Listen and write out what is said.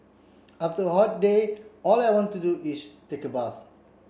after a hot day all I want to do is take a bath